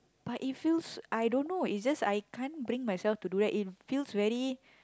but it feels I don't know it just I can't bring myself to do that in feels very